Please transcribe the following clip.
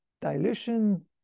dilution